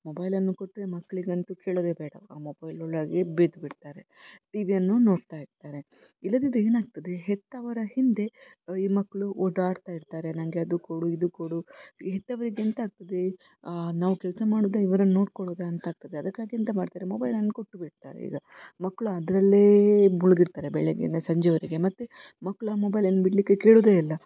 ಮೊಬೈಲನ್ನು ಕೊಟ್ಟರೆ ಮಕ್ಕಳಿಗಂತೂ ಕೇಳೋದೇ ಬೇಡ ಆ ಮೊಬೈಲ್ ಒಳಗೇ ಬಿದ್ದು ಬಿಡ್ತಾರೆ ಟಿ ವಿಯನ್ನೂ ನೋಡ್ತಾಯಿರ್ತಾರೆ ಇಲ್ಲದಿದ್ದರೆ ಏನಾಗ್ತದೆ ಹೆತ್ತವರ ಹಿಂದೆ ಈ ಮಕ್ಕಳು ಓಡಾಡ್ತಾ ಇರ್ತಾರೆ ನನಗೆ ಅದು ಕೊಡು ಇದು ಕೊಡು ಹೆತ್ತವರಿಗೆ ಎಂಥಾಗ್ತದೆ ನಾವು ಕೆಲಸ ಮಾಡೋದಾ ಇವರನ್ನ ನೋಡ್ಕೊಳ್ಳೋದಾ ಅಂತ ಆಗ್ತದೆ ಅದಕ್ಕಾಗಿ ಎಂಥ ಮಾಡ್ತಾರೆ ಮೊಬೈಲನ್ನು ಕೊಟ್ಟು ಬಿಡ್ತಾರೆ ಈಗ ಮಕ್ಕಳು ಅದರಲ್ಲೇ ಮುಳುಗಿರ್ತಾರೆ ಬೆಳಿಗ್ಗೆಯಿಂದ ಸಂಜೆವರೆಗೆ ಮತ್ತು ಮಕ್ಳು ಆ ಮೊಬೈಲನ್ನು ಬಿಡಲಿಕ್ಕೆ ಕೇಳೋದೇ ಇಲ್ಲ